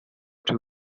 two